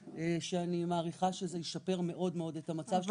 ואני מעריכה שזה ישפר מאוד את מצב הביקורת.